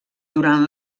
durant